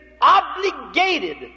obligated